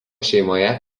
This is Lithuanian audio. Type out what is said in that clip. šeimoje